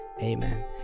amen